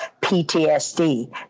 PTSD